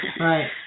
Right